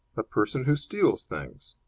a person who steals things.